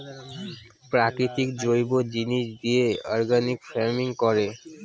প্রাকৃতিক জৈব জিনিস দিয়ে অর্গানিক ফার্মিং করে